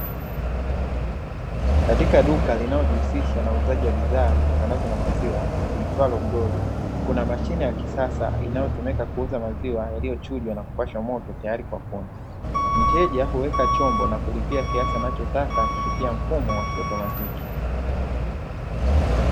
Katika duka linalojihusisha na uuzaji wa bidhaa zitokanazo na maziwa liitwalo "Glory" kuna mashine ya kisasa inayotumika kuuza maziwa yaliyochujwa na kupashwa moto tayari kwa kunywa, mteja huweka chombo na kulipia kiasi anachotaka kupitia mfumo wa kiautomatiki.